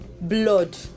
blood